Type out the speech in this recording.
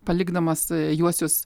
palikdamas juosius